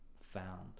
found